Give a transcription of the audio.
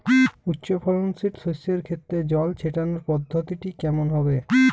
উচ্চফলনশীল শস্যের ক্ষেত্রে জল ছেটানোর পদ্ধতিটি কমন হবে?